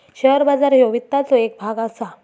share बाजार ह्यो वित्ताचो येक भाग असा